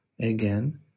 Again